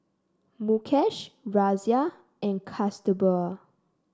Mukesh Razia and Kasturba